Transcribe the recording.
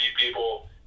people